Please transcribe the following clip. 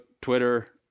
Twitter